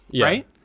right